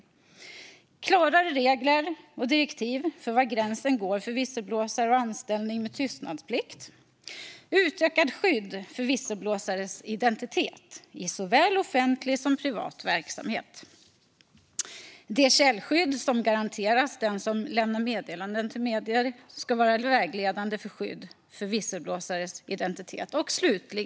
Det behövs klarare regler och direktiv för var gränsen går för visselblåsare och anställning med tystnadsplikt. Skyddet för visselblåsarens identitet i såväl offentlig som privat verksamhet bör utökas. Det källskydd som garanteras den som lämnar meddelanden till medier ska vara vägledande för skydd för visselblåsares identitet.